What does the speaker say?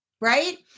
right